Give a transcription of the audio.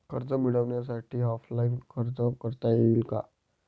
कर्ज मिळण्यासाठी ऑफलाईन अर्ज करता येईल का?